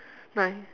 nine